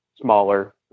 smaller